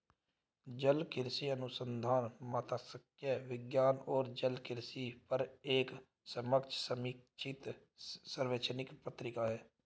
जलकृषि अनुसंधान मात्स्यिकी विज्ञान और जलकृषि पर एक समकक्ष समीक्षित शैक्षणिक पत्रिका है